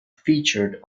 featured